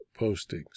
postings